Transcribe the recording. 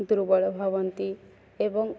ଦୁର୍ବଳ ଭାବନ୍ତି ଏବଂ